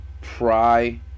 pry